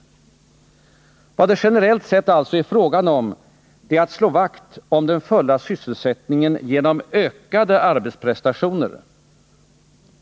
Vad det generellt sett är fråga om är alltså att slå vakt om den fulla . sysselsättningen genom ökade arbetsprestationer.